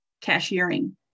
cashiering